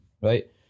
right